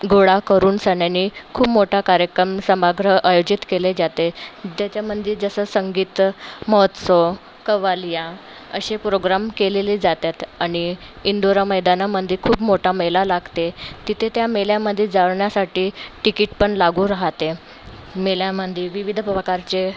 गोळा करूनसन्याने खू मोठा कार्यकम समाग्रह अयोजित केले जाते ज्याच्यामध्ये जसं संगीत्त महोत्सव कव्वाली असे प्रोग्राम केलेले जातात आणि इंदोरा मैदानामध्ये खूप मोठा मेळा लागते तिथे त्या मेळ्यामध्ये जाण्यासाठी तिकीटपण लागू राहते मेळ्यामध्ये विविध प्रकारचे